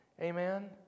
Amen